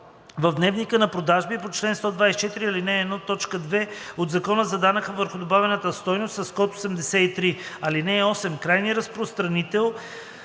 в дневника за продажби по чл. 124, ал. 1, т. 2 от Закона за данък върху добавената стойност с код 83. (8) Крайният разпространител